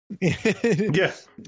Yes